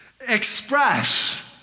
Express